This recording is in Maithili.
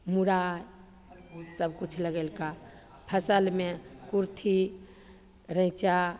मुरइ सबकिछु लगेलका फसिलमे कुरथी रैञ्चा